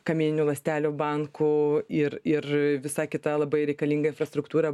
kamieninių ląstelių banku ir ir visa kita labai reikalinga infrastruktūra